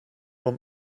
want